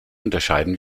unterscheiden